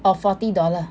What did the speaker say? or forty dollar